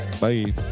bye